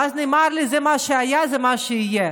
ואז נאמר לי: מה שהיה זה מה שיהיה.